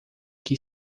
que